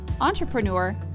entrepreneur